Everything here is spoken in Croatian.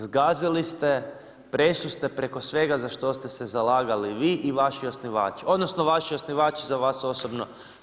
Zgazili ste, prešli ste preko svega za što ste se zalagali vi i vaši osnivači, odnosno vaši osnivači za vas osobno.